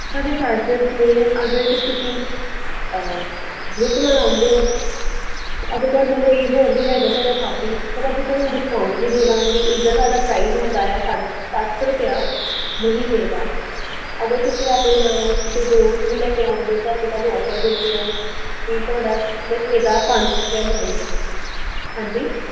ਸਾਡੇ ਚਾਰਜਸ ਨੇ ਅਗਰ ਤਾਂ ਤੁਸੀਂ ਗਰੁੱਪ ਨਾਲ ਆਉਂਦੇ ਹੋ ਅਗਰ ਤੁਹਾਡੇ ਨਾਲ ਕੋਈ ਹੋਰ ਵੀ ਹੈਗਾ ਤੁਹਾਡਾ ਸਾਥੀ ਤਾਂ ਅਸੀਂ ਤੁਹਾਨੂੰ ਡਿਸਕਾਊਂਟ ਵੀ ਦੇਵਾਂਗੇ ਇੱਦਾਂ ਸਾਡਾ ਪ੍ਰਾਈਜ਼ ਹੈਗਾ ਆ ਸਾ ਸੱਤ ਸੌ ਰੁਪਇਆ ਮਹੀਨੇ ਦਾ ਅਗਰ ਤੁਸੀਂ ਆਪਣੇ ਨਾਲ ਕਿਸੇ ਦੋਸਤ ਨੂੰ ਵੀ ਲੈ ਕੇ ਆਉਂਦੇ ਹੋ ਤਾਂ ਅਸੀਂ ਤੁਹਾਨੂੰ ਔਫਰ ਦਿੰਦੇ ਹਾਂ ਕਿ ਤੁਹਾਡਾ ਮਹੀਨੇ ਦਾ ਪੰਜ ਸੌ ਰੁਪਇਆ ਲਵਾਂਗੇ ਹਾਂਜੀ